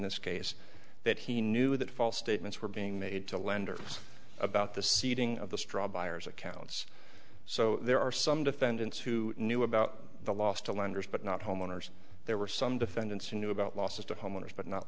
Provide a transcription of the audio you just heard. this case that he knew that false statements were being made to lenders about the seeding of the straw buyers accounts so there are some defendants who knew about the loss to lenders but not homeowners there were some defendants who knew about losses to homeowners but not